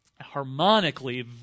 Harmonically